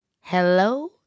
Hello